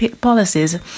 policies